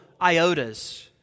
iotas